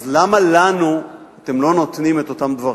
אז למה לנו אתם לא נותנים את אותם דברים?